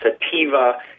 sativa